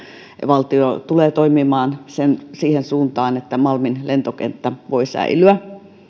valtio tulee toimimaan siihen suuntaan että malmin lentokenttä voi säilyä